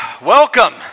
Welcome